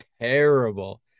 terrible